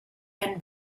and